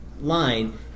line